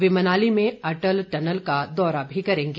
वे मनाली में अटल टनल का दौरा भी करेंगे